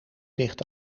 ligt